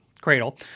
cradle